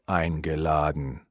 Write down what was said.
eingeladen